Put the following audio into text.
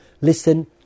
listen